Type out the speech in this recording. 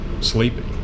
sleeping